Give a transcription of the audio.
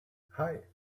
hei